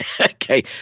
Okay